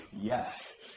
Yes